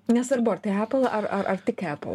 nesvarbu ar tai epal ar ar ar tik epal